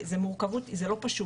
זה מורכבות, זה לא פשוט.